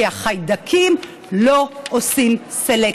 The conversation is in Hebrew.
כי החיידקים לא עושים סלקציה.